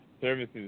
services